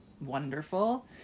wonderful